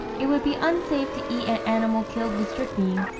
it would be unsafe to eat an animal killed with strychnine,